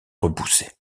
repoussée